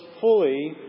fully